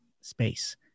space